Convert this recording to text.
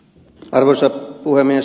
arvoisa puhemies